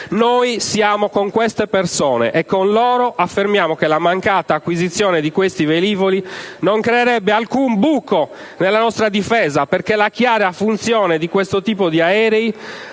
Noi siamo con queste persone e con loro affermiamo che la mancata acquisizione di questi velivoli non creerebbe alcun buco nella nostra difesa, perché la chiara funzione di questo tipo di aerei